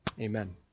amen